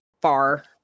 far